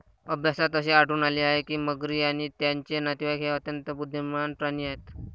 अभ्यासात असे आढळून आले आहे की मगरी आणि त्यांचे नातेवाईक हे अत्यंत बुद्धिमान प्राणी आहेत